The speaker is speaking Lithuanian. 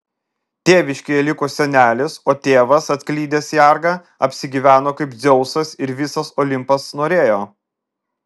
tėviškėje liko senelis o tėvas atklydęs į argą apsigyveno kaip dzeusas ir visas olimpas norėjo